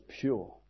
pure